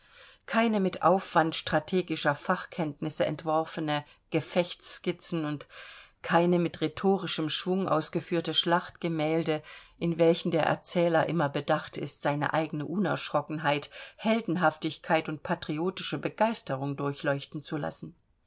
keine mit aufwand strategischer fachkenntnisse entworfene gefechtsskizzen und keine mit rhetorischem schwung ausgeführte schlachtgemälde in welchen der erzähler immer bedacht ist seine eigene unerschrockenheit heldenhaftigkeit und patriotische begeisterung durchleuchten zu lassen